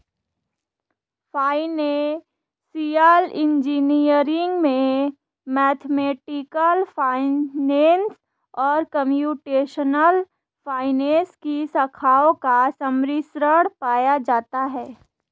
financial engineering में mathematical finance और computational finance की शाखाओं का सम्मिश्रण पाया जाता है